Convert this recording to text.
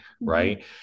Right